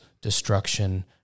destruction